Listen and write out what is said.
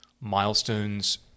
milestones